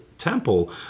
temple